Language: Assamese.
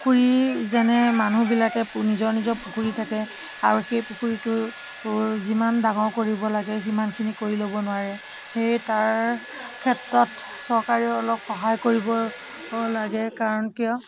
পুখুৰী যেনে মানুহবিলাকে নিজৰ নিজৰ পুখুৰী থাকে আৰু সেই পুখুৰীটো যিমান ডাঙৰ কৰিব লাগে সিমানখিনি কৰি ল'ব নোৱাৰে সেয়ে তাৰ ক্ষেত্ৰত চৰকাৰেও অলপ সহায় কৰিব লাগে কাৰণ কিয়